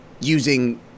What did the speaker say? using